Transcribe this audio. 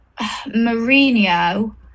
Mourinho